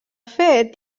fet